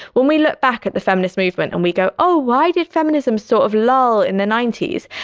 when we look back at the feminist movement and we go, oh, why did feminism sort of lull in the ninety s?